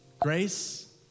grace